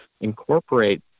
incorporate